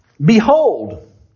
behold